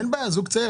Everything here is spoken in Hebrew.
אין בעיה זוג צעיר,